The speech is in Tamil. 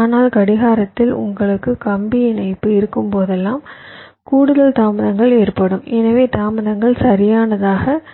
ஆனால் கடிகாரத்தில் உங்களுக்கு கம்பி இணைப்பு இருக்கும்போதெல்லாம் கூடுதல் தாமதங்கள் ஏற்படும் எனவே தாமதங்கள் சரியானதைக்